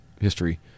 history